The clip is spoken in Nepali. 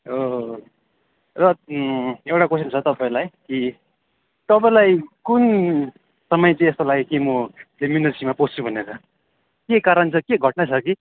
हो हो हो र एउटा क्वेस्चन छ तपाईँलाई कि तपाईँलाई कुन समय चाहिँ यस्तो लाग्यो कि म फिल्म इन्डस्ट्रीमा पस्छु भनेर केही कारण छ केही घटना छ कि